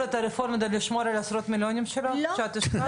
את הרפורמה כדי לשמור על עשרות המיליונים שאת השקעת?